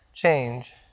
Change